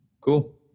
cool